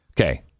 Okay